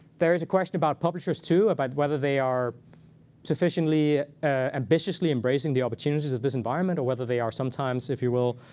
there is a question about publishers, too. about whether they are sufficiently ambitiously embracing the opportunities of this environment. or whether they are sometimes, if you will,